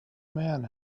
man